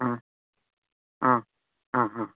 आं आं आं हां